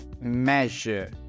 measure